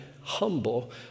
humble